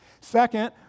Second